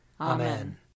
Amen